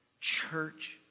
church